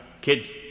Kids